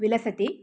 विलसति